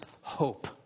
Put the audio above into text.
hope